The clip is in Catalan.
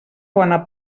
bona